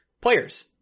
players